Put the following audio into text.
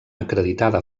acreditada